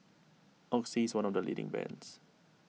Oxy is one of the leading brands